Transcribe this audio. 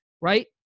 right